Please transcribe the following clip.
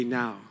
now